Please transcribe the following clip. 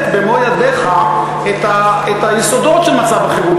במו-ידיך את היסודות של מצב החירום.